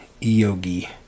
yogi